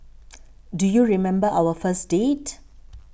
do you remember our first date